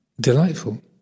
delightful